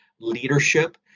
leadership